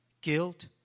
guilt